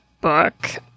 book